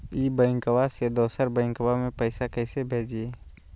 ई बैंकबा से दोसर बैंकबा में पैसा कैसे भेजिए?